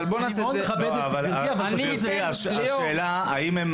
אבל בוא נעשה את זה --- השאלה היא האם הן